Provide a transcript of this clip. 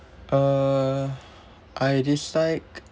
uh I dislike